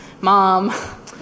mom